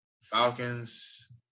Falcons